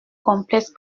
complexe